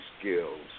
skills